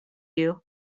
you